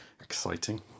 Exciting